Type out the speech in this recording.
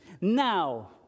now